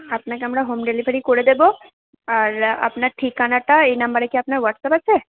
আপনাকে আমরা home delivery করে দেবো আর আপনার ঠিকানাটা এই নাম্বারে কি আপনার হোয়াটসঅ্যাপ আছে